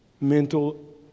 mental